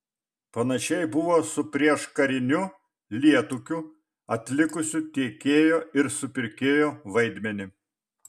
panašiai buvo su prieškariniu lietūkiu atlikusiu tiekėjo ir supirkėjo vaidmenį